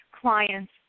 clients